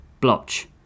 Blotch